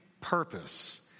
purpose